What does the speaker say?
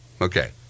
Okay